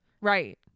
right